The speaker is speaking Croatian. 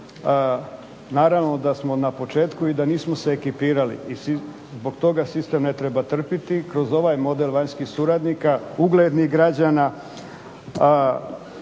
Naravno da smo na početku i da nismo se ekipirali. I zbog toga sistem ne treba trpjeti, kroz ovaj model vanjskih suradnika uglednih građana,